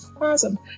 Awesome